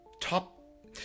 top